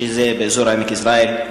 שזה באזור עמק-יזרעאל,